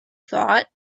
thought